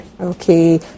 Okay